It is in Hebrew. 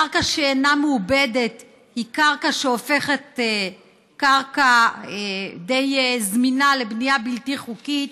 קרקע שאינה מעובדת היא קרקע שהופכת קרקע די זמינה לבנייה בלתי חוקית,